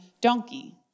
donkey